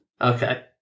Okay